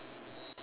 ya